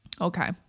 Okay